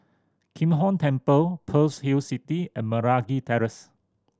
Kim Hong Temple Pearl's Hill City and Meragi Terrace